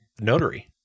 notary